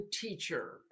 teacher